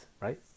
right